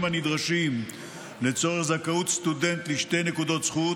הנדרשים לצורך זכאות סטודנט לשתי נקודות זכות